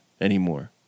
anymore